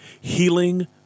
Healing